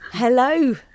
Hello